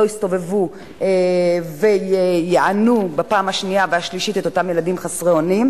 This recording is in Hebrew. יסתובבו ויענו בפעם השנייה והשלישית את אותם ילדים חסרי אונים,